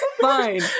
Fine